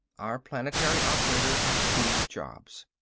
our planetary operators have two jobs.